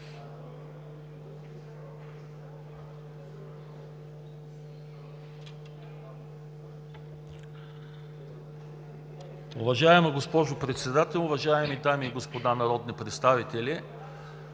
Уважаема госпожо Председател, уважаеми дами и господа народни представители!